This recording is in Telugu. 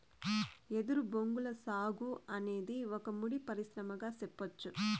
ఎదురు బొంగుల సాగు అనేది ఒక ముడి పరిశ్రమగా సెప్పచ్చు